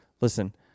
Listen